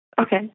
Okay